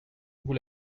vous